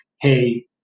hey